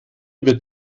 wird